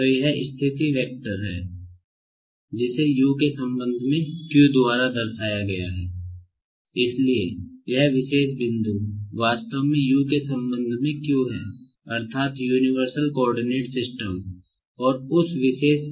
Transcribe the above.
तो यह एक वेक्टर और मैट्रिक्स रूप में है यह एक 3 × 1 मैट्रिक्स है